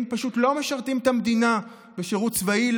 פשוט לא משרתים את המדינה בשירות צבאי,